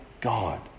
God